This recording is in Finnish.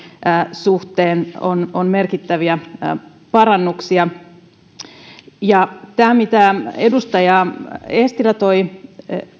suhteen on on merkittäviä parannuksia tämä mitä edustaja eestilä toi